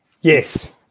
Yes